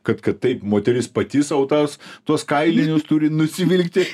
kad kad taip moteris pati sau tas tuos kailinius turi nusivilkti